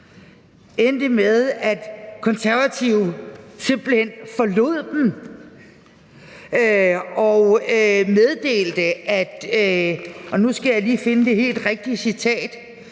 endte med at Konservative simpelt hen forlod dem og meddelte – og nu skal jeg lige finde det helt rigtige citat: